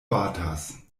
batas